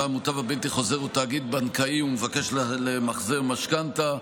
המוטב הבלתי-חוזר הוא תאגיד בנקאי ומבקש למחזר משכנתה,